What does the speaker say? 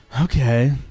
Okay